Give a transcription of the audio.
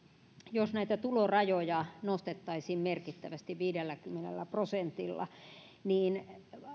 jos näitä tulorajoja nostettaisiin merkittävästi viidelläkymmenellä prosentilla niin